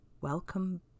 welcome